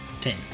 Ten